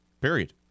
Period